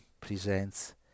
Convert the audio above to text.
presents